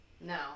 No